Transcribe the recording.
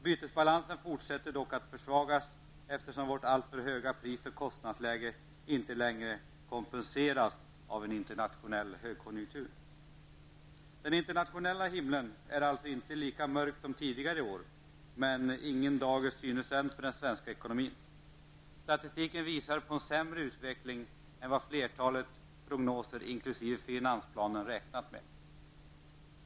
Bytesbalansen fortsätter dock att försvagas, eftersom vårt alltför höga pris och kostnadsläge inte längre kompenseras av en internationell högkonjunktur. Den internationella himlen är alltså inte lika mörk som tidigare i år, men ingen dager synes än för den svenska ekonomin. Statistiken visar på en sämre utveckling än vad flertalet prognoser, inkl. finansplanen, räknat med.